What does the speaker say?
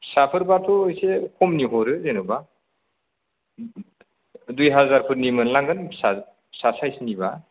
फिसाफोरबाथ' एसे खमनि हरो जेनेबा दुय हाजरफोरनि मोनलांगोन फिसा फिसा सायसनिबा